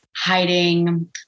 Hiding